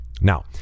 Now